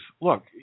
Look